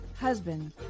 husband